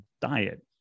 diet